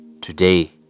Today